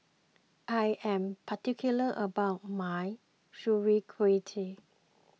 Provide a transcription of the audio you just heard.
I am particular about my Sauerkrauty